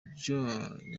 joe